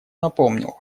напомнил